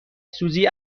سوزی